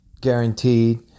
guaranteed